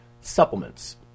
supplements